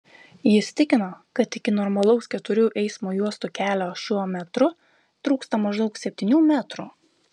jis tikino kad iki normalaus keturių eismo juostų kelio šiuo metru trūksta maždaug septynių metrų